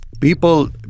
people